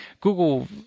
Google